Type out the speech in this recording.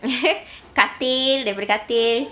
katil daripada katil